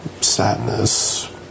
sadness